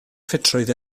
ffitrwydd